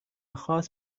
خاص